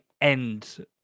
end